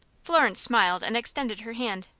florence smiled and extended her hand.